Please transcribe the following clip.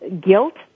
guilt